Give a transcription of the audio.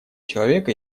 человека